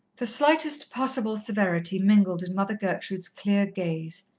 the slightest possible severity mingled in mother gertrude's clear gaze,